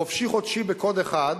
"חופשי חודשי" בקוד 1,